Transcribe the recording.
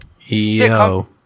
yo